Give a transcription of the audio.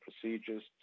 procedures